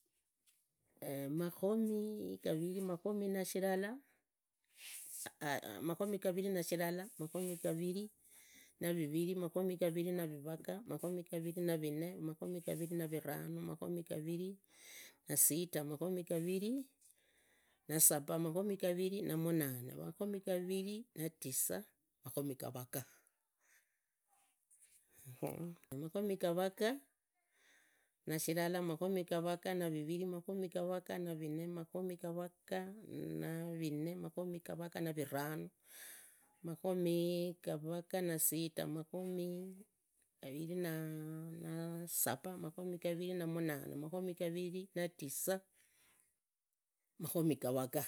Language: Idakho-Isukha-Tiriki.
makhomi gaviri, makhomi gaviri na shilala, makhomi gaviri na viviri, makhomi gaviri na vagaa, makhomi gaviri na vinne, makhomi gaviri na viranu, makhomi gaviri na sita makhomi gaviri na saba, makhomi gaviri na munane, makhomi gaviri na tisa, makhomi gavaga. Makhomi gavaga na shilala, makhomi gavaga na viviri, makhomi gavaga na gavaga, makhomi gavaga na vinne, makhomi gavaga na viranu, makhomi gavaga na sita. makhomi gavaga na saba, makhomi gavaga na munane, makhomi gavaga na tisa makhomi gawaka.